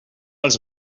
els